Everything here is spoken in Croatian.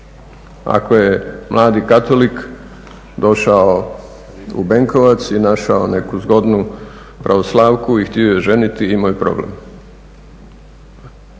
Ako je mladi katolik došao u Benkovac i našao neku zgodnu pravoslavku i htio ju ženiti, imao je problem.